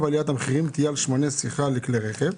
עליית המחירים תהיה על שמני סיכה לכלי רכב,